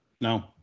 no